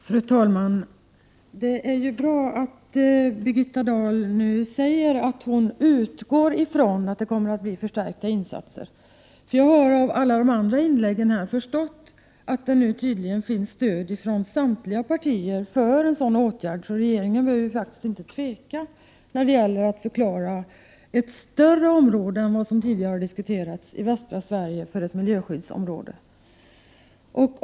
Fru talman! Det är ju bra att Birgitta Dahl nu säger att hon utgår ifrån att det kommer att bli förstärkta insatser. Jag har av alla de andra inläggen här förstått att det nu finns stöd från samtliga partier för en åtgärd, så regeringen behöver faktiskt inte tveka när det gäller att förklara ett större område än vad som tidigare har diskuterats i västra Sverige för ett miljöskyddsområde.